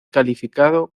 calificado